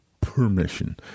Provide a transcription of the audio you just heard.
Permission